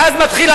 ואז מתחיל,